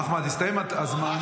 אחמד, הסתיים הזמן.